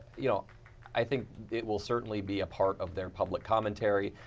you know i think it will certainly be a part of their public commentary.